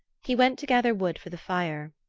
he went to gather wood for the fire.